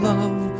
Love